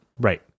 Right